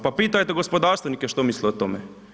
Pa pitajte gospodarstvenike što misle o tome.